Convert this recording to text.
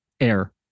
air